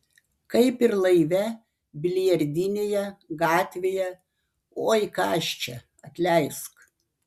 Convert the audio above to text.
kaip ir laive biliardinėje gatvėje oi ką aš čia atleisk